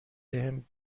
بهم